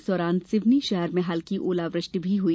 इस दौरान सिवनी शहर में हल्की ओलावृष्टि भी हुई